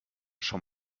schon